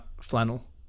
Flannel